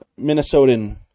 Minnesotan